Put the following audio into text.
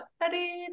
ready